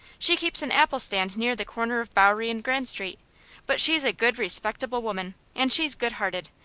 she keeps an apple-stand near the corner of bowery and grand street but she's a good, respectable woman, and she's good-hearted.